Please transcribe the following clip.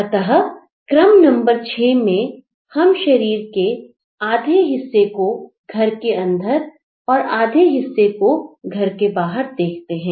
अतः क्रम नंबर 6 में हम शरीर के आधे हिस्से को घर के अंदर और आधे हिस्से को घर के बाहर देखते हैं